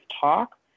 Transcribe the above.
talk